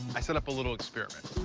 i set up a little experiment.